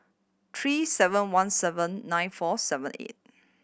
three seven one seven nine four seven eight